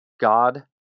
God